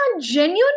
genuine